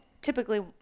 typically